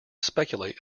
speculate